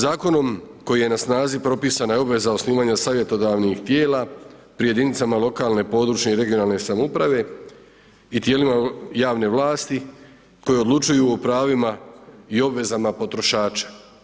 Zakonom koji je na snazi propisana je obveza osnivanja savjetodavnih tijela pri jedinica lokalne, područne i regionalne samouprave i tijelima javne vlasti, koje odlučuju o pravima i obvezama potrošača.